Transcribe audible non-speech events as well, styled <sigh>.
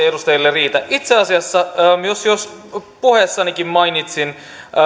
<unintelligible> edustajille riitä itse asiassa puheessanikin mainitsin